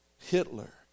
Hitler